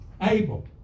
able